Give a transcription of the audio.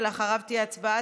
ואחריו תהיה הצבעה,